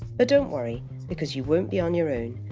but don't worry because you won't be on your own.